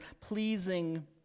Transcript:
pleasing